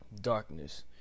darkness